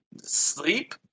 Sleep